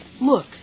Look